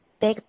big